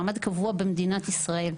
מעמד קבוע במדינת ישראל,